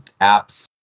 apps